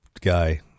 guy